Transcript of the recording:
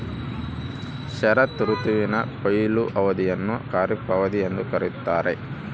ಶರತ್ ಋತುವಿನ ಕೊಯ್ಲು ಅವಧಿಯನ್ನು ಖಾರಿಫ್ ಅವಧಿ ಎಂದು ಕರೆಯುತ್ತಾರೆ